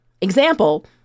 Example